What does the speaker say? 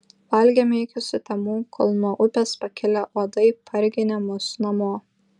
valgėme iki sutemų kol nuo upės pakilę uodai parginė mus namo